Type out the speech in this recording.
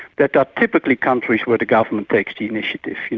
that are typically countries where the government takes the initiative,